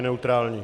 Neutrální.